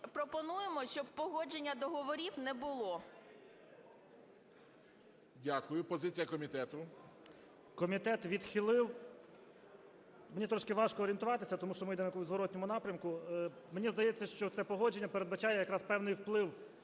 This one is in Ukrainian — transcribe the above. пропонуємо, щоб погодження договорів не було. ГОЛОВУЮЧИЙ. Дякую. Позиція комітету. 18:10:10 ГЕРУС А.М. Комітет відхилив. Мені трошки важко орієнтуватися, тому що ми йдемо в зворотньому напрямку. Мені здається, що це погодження передбачає якраз певний вплив